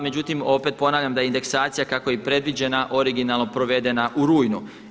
Međutim, opet ponavljam da indeksacija kako je i predviđena originalno provedena u rujnu.